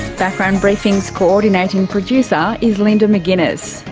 background briefing's coordinating producer is linda mcginness,